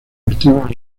deportivos